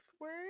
word